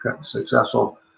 successful